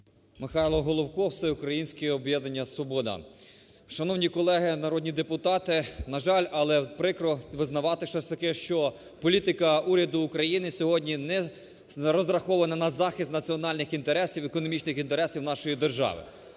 Михайло Головко, Всеукраїнське об'єднання "Свобода". Шановні колеги народні депутати, на жаль, але прикро визнавати щось таке, що політика уряду України сьогодні не розрахована на захист національних інтересів: економічних інтересів нашої держави.